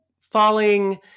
falling